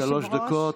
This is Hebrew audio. שלוש דקות.